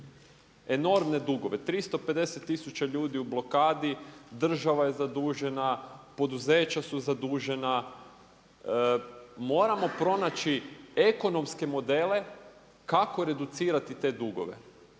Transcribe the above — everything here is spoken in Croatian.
enormne dugove. 350000 ljudi je u blokadi, država je zadužena, poduzeća su zadužena. Moramo pronaći ekonomske modele kako reducirati te dugove.